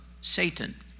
Satan